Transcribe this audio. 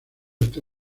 está